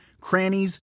crannies